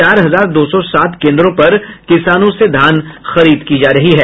चार हजार दो सौ सात केंद्रों पर किसानों से धान खरीद की जा रही है